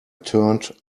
turned